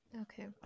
Okay